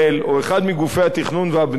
או אחד מגופי התכנון והבנייה,